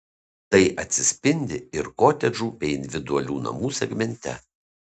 tai atsispindi ir kotedžų bei individualių namų segmente